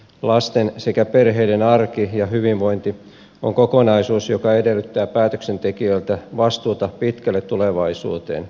lasten sekä perheiden arki ja hyvinvointi on kokonaisuus joka edellyttää päätöksentekijöiltä vastuuta pitkälle tulevaisuuteen